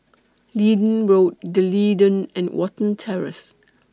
Leedon Road D'Leedon and Watten Terrace